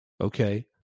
Okay